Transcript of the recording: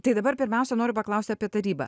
tai dabar pirmiausia noriu paklausti apie tarybą